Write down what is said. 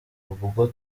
ubwo